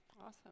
Awesome